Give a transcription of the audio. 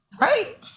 Right